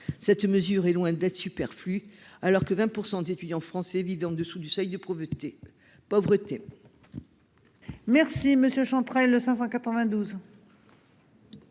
Cette mesure est loin d'être superflue, à l'heure où 20 % des étudiants français vivent en dessous du seuil de pauvreté.